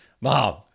Mom